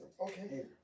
Okay